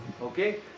Okay